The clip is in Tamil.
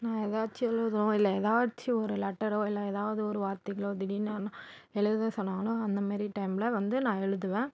நான் ஏதாச்சும் எழுதணும் இல்லை ஏதாச்சும் ஒரு லெட்டரோ இல்லை ஏதாவது ஒரு வார்த்தைகளோ திடீர்னு நான் எழுத சொன்னாங்கன்னால் அந்த மாரி டைம்ல வந்து நான் எழுதுவேன்